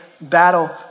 battle